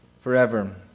forever